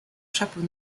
chapeau